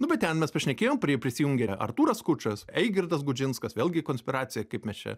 nu bet ten mes pašnekėjom pri prisijungė ir artūras skučas eigirdas gudžinskas vėlgi konspiracija kaip mes čia